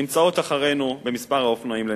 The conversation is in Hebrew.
נמצאות מאחורינו במספר האופנועים לנפש.